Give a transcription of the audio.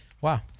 wow